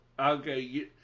Okay